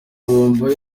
bombo